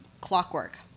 clockwork